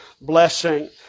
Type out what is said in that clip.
blessing